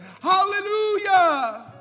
Hallelujah